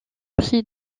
pris